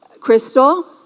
Crystal